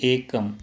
एकम्